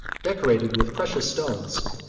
decorated with precious stones,